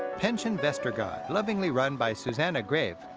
pension vestergade, lovingly run by susanna greve,